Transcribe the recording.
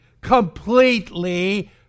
completely